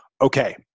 okay